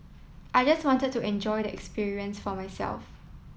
I just wanted to enjoy the experience for myself